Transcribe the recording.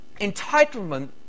entitlement